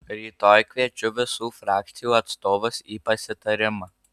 rytoj kviečiu visų frakcijų atstovus į pasitarimą